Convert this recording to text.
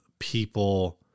people